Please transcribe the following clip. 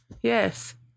yes